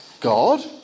God